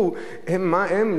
מה הם?